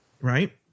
right